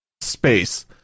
space